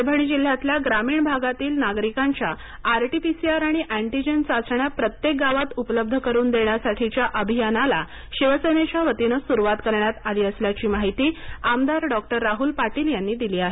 परभणी जिल्ह्यातल्या ग्रामीण भागातील नागरिकांच्या आरटीपिसीआर आणि एंटीजन चाचण्या प्रत्येक गावात उपलब्ध करून देण्यासाठीच्या अभियानाला शिवसेनेच्या वतीने सुरुवात करण्यात आली असल्याची माहिती आमदार डॉक्टर राहुल पाटील यांनी दिली आहे